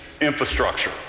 infrastructure